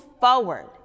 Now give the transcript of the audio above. forward